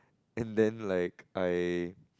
and then like I